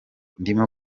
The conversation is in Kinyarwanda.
ndimo